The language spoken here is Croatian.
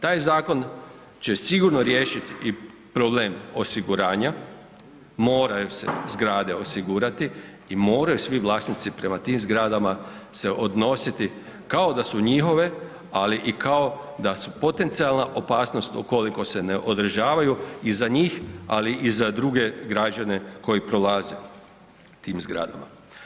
Taj zakon će sigurno riješiti i problem osiguranja, moraju se zgrade osigurati i moraju svi vlasnici prema tim zgradama se odnositi kao da su njihove, ali i kao da su potencijalna opasnost ukoliko se ne održavaju i za njih, ali i za druge građane koji prolaze tim zgradama.